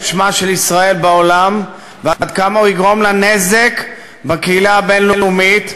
שמה של ישראל בעולם ועד כמה הוא יגרום לה נזק בקהילה הבין-לאומית,